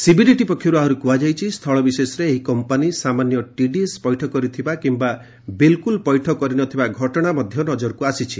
CBDT ପକ୍ଷରୁ ଆହୁରି କୁହାଯାଇଛି ସ୍ଥଳ ବିଶେଷରେ ଏହି କମ୍ପାନୀ ସାମାନ୍ୟ ଟିଡିଏସ୍ ପୈଠ କରିଥିବା କିମ୍ବା ବିଲ୍କୁଲ ପୈଠ କରିନଥିବା ଘଟଣା ମଧ୍ୟ ନଜରକୁ ଆସିଛି